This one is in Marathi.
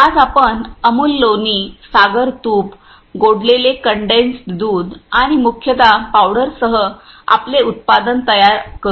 आज आपण अमूल लोणी सागर तूप गोडलेले कंडेन्स्ड दूध आणि मुख्यत पावडरसह आपले उत्पादन तयार करू